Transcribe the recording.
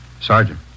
Sergeant